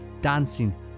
dancing